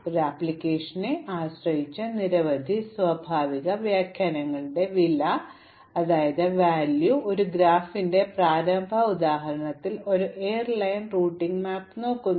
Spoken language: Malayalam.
ഇപ്പോൾ ആപ്ലിക്കേഷനെ ആശ്രയിച്ച് നിരവധി സ്വാഭാവിക വ്യാഖ്യാനങ്ങളുടെ ഈ വില ഉദാഹരണത്തിന് ഒരു ഗ്രാഫിന്റെ പ്രാരംഭ ഉദാഹരണത്തിൽ ഞങ്ങൾ ഒരു എയർലൈൻ റൂട്ടിംഗ് മാപ്പ് നോക്കുന്നു